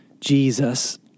Jesus